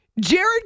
Jared